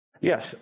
Yes